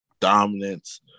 Dominance